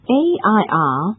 air